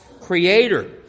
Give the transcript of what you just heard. creator